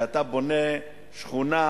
כשאתה בונה שכונה,